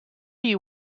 you